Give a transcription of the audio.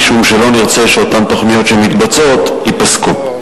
משום שלא נרצה שאותן תוכניות שמתבצעות ייפסקו.